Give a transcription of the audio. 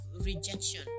rejection